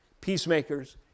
peacemakers